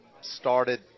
started